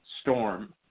storm